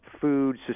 food